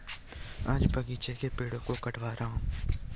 आज बगीचे के पेड़ों को कटवा रहा हूं